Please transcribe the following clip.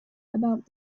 about